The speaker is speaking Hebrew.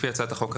לפי הצעת החוק,